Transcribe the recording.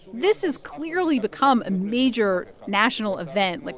this has clearly become a major national event. like,